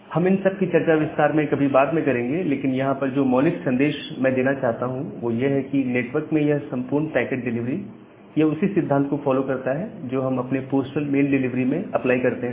हम इन सब की चर्चा विस्तार में कभी बाद में करेंगे लेकिन यहां पर जो मौलिक संदेश मैं देना चाहता हूं वो ये है कि नेटवर्क में यह संपूर्ण पैकेट डिलीवरी यह उसी सिद्धांत को फॉलो करता है जो हम अपने पोस्टल मेल डिलीवरी में अप्लाई करते हैं